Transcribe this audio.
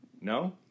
No